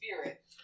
Spirit